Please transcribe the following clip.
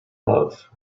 love